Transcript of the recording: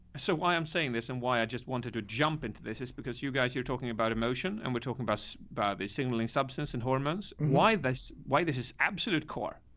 so why i'm saying this and why i just wanted to jump into this this because you guys, you're talking about emotion and we're talking about by the signaling, substance and hormones. why this, why this is absolute core